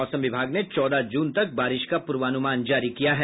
मौसम विभाग ने चौदह जून तक बारिश का पूर्वानुमान जारी किया है